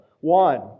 One